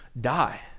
die